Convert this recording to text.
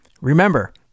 remember